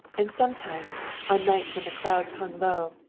and sometimes, on nights when the clouds hung low,